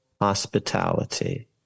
hospitality